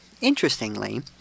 Interestingly